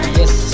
yes